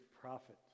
prophet